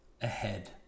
ahead